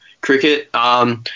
cricket